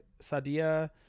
Sadia